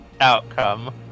outcome